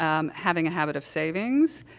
um having a habit of savings,